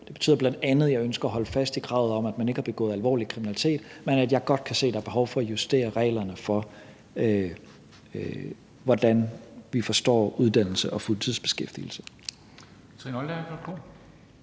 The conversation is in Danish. Det betyder bl.a., at jeg ønsker at holde fast i kravet om, at man ikke har begået alvorlig kriminalitet, men at jeg godt kan se, at der er behov for at justere reglerne for, hvordan vi forstår uddannelse og fuldtidsbeskæftigelse.